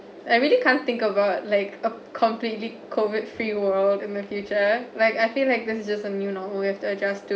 I really can't think about like a completely COVID free world in the future like I feel like this is just a new normal life to adjust to